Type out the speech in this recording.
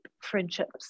friendships